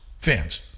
fans